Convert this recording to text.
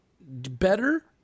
better